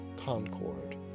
concord